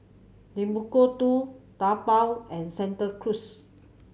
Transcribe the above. Timbuk Two Taobao and Santa Cruz